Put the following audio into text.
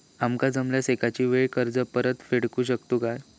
आमका जमल्यास एकाच वेळी कर्ज परत फेडू शकतू काय?